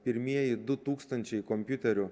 pirmieji du tūkstančiai kompiuterių